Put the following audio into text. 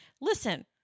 listen